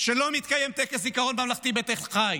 שלא מתקיים טקס זיכרון ממלכתי בתל חי.